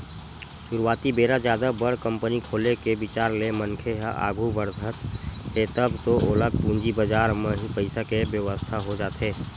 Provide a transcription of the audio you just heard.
सुरुवाती बेरा जादा बड़ कंपनी खोले के बिचार ले मनखे ह आघू बड़हत हे तब तो ओला पूंजी बजार म ही पइसा के बेवस्था हो जाथे